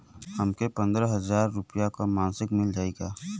हमके पन्द्रह हजार रूपया क मासिक मिल जाई का?